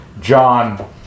John